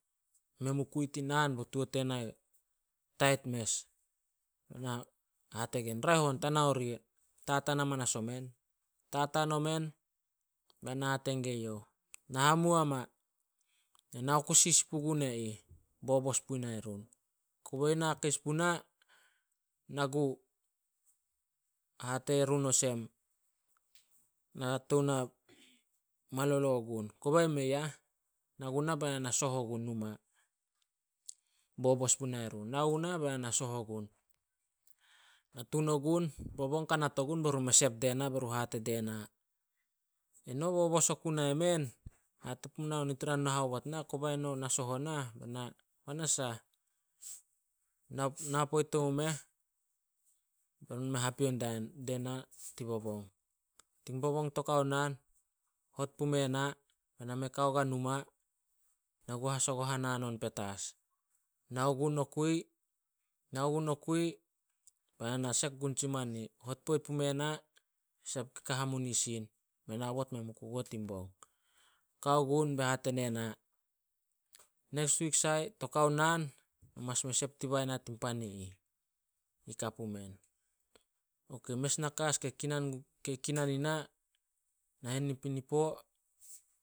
Men mu kui tin naan, bo tuo tena tait mes. Raeh on ta nao ria. Tataan amanas omen, tataan omen be na hate gue youh, "Na hamuo ma, na kusi sin pugun e ih," bobos punai run. Kobe na keis puna, na gu hate run olsem na tou na malolo gun, kobe mei ah, na gunah be na na soh ogun numa, bobos punai run. Nao gunah be na na soh ogun. Na tun ogun, bobong kanat ogun be run me sep die na be run hate die na, "Eno bobos oku nai men, hate punao nit ra na haobot nah, kobai no na soh o nah.", "Ba na sah." Na- na poit omu meh, be run me hapio die na tin bobong. Tin bobong to kao naan hot pume na, be na me kao gua numa. Na gu hasagohan hanon petas. Nao gun nokui- nao gun nokui bai na na sek gun tsi mani. Hot poit pume na, sep gun gan hamunisin, men aobot mu kukuo tin bong. Kao gun be hate ne na, neks wik sai to kao naan, no mas me sep dibai na tin pan i ih, yi ka pumen. Ok, mes naka as kei kinan ina nahen napinipo